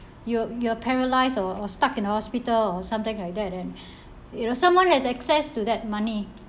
you're you're paralysed or stuck in a hospital or something like that and you know someone has access to that money